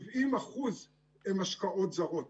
70% הן השקעות זרות.